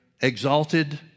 exalted